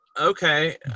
okay